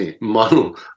model